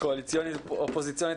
הקונסטלציה הקואליציונית-אופוזיציונית